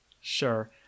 Sure